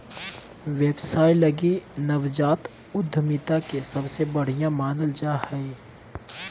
व्यवसाय लगी नवजात उद्यमिता के सबसे बढ़िया मानल जा हइ